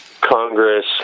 Congress